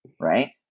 right